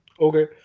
Okay